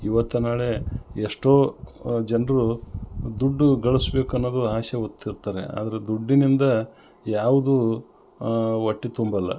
ಇವತ್ತೋ ನಾಳೆ ಎಷ್ಟೋ ಜನರು ದುಡ್ಡುಗಳ್ಸಿ ಬೇಕನ್ನೋದು ಆಸೆ ಹೊತ್ತಿರ್ತಾರೆ ಆದ್ರೆ ದುಡ್ಡಿನಿಂದ ಯಾವುದು ಹೊಟ್ಟೆ ತುಂಬಲ್ಲ